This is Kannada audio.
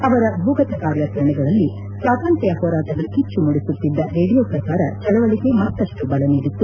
ಅವರ ಭೂಗತ ಕಾರ್ಯಾಚರಣೆಗಳಲ್ಲಿ ಸ್ವಾತಂತ್ರ್ಯ ಹೋರಾಟದ ಕಿಚ್ಚು ಮೂಡಿಸುತ್ತಿದ್ದ ರೇಡಿಯೋ ಪ್ರಸಾರ ಚಳವಳಿಗೆ ಮತ್ತಷ್ಟು ಬಲ ನೀಡಿತ್ತು